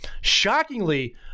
shockingly